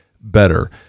better